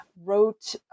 wrote